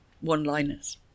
one-liners